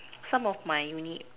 some of my uni